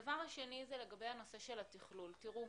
הדבר השני זה לגבי הנושא של התכלול תראו,